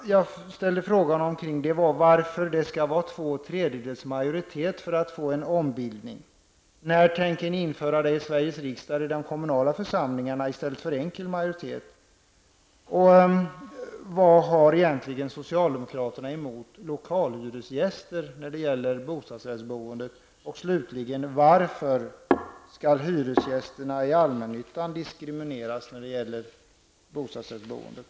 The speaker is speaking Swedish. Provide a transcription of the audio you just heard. Varför skall det vara två tredjedelars majoritet för att få en ombildning? När tänker ni införa det i Sveriges riksdag och i de kommunala församlingarna i stället för enkel majoritet? Vad har socialdemokraterna egentligen emot lokalhyresgäster när det gäller bostadsrättsboendet? Varför skall hyresgästerna i allmännyttan diskriminers när det gäller bostadsrättsboendet?